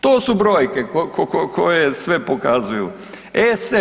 To su brojke koje sve pokazuju.